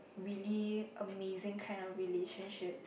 really amazing kind of relationship